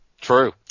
True